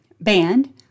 band